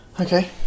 Okay